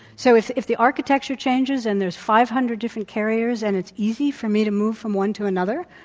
so, if if the architecture changes and there's five hundred different carriers, and it's easy for me to move from one to another,